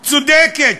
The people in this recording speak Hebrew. צודקת,